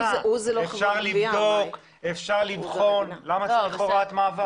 אפשר לבדוק ולבחון, למה צריך לקבוע הוראת שעה?